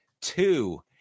two